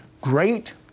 great